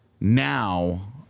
now